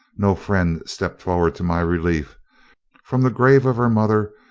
no friend stepped forward to my relief from the grave of her mother,